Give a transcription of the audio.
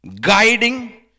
Guiding